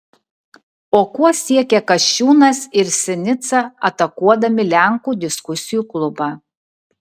o kuo siekia kasčiūnas ir sinica atakuodami lenkų diskusijų klubą